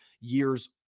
years